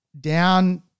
down